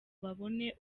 babone